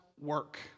work